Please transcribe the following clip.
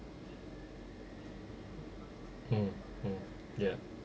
mm mm ya